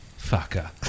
fucker